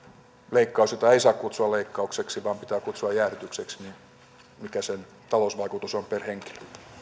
leikkaus jota ei saa kutsua leikkaukseksi vaan pitää kutsua jäädytykseksi koskee ja mikä sen talousvaikutus on per henkilö